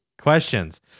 questions